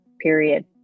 period